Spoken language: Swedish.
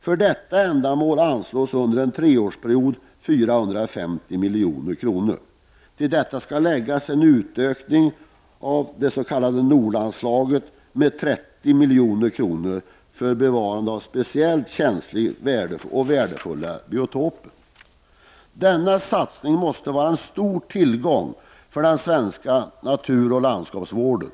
För detta ändamål anslås under en treårsperiod 450 milj.kr. Till detta skall läggas en utökning av det s.k. NOLA-anslaget med 30 milj.kr. för bevarandet av speciellt känsliga och värdefulla biotoper. Denna satsning måste vara en stor tillgång för den svenska naturoch landskapsvården.